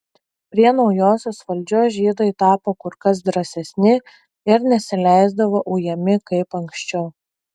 prie naujosios valdžios žydai tapo kur kas drąsesni ir nesileisdavo ujami kaip anksčiau